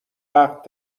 وقت